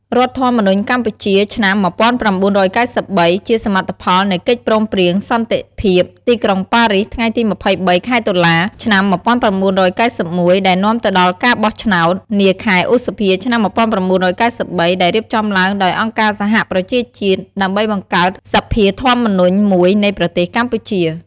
រដ្ឋធម្មនុញ្ញកម្ពុជាឆ្នាំ១៩៩៣ ជាសមិទ្ធផលនៃកិច្ចព្រមព្រៀងសន្តិភាពទីក្រុងប៉ារីស ថ្ងៃទី២៣ ខែតុលា ឆ្នាំ១៩៩១ ដែលនាំទៅដល់ការបោះឆ្នោត នាខែឧសភា ឆ្នាំ១៩៩៣ ដែលរៀបចំឡើងដោយអង្គការសហប្រជាជាតិ ដើម្បីបង្កើតសភាធម្មនុញ្ញមួយនៃប្រទេសកម្ពុជា។